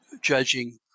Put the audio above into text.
judging